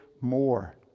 more